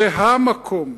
זה המקום: